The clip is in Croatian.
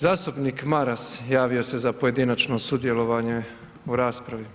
Zastupnik Maras javio se za pojedinačno sudjelovanje u raspravi.